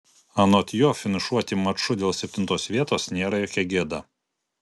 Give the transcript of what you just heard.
anot jo finišuoti maču dėl septintos vietos nėra jokia gėda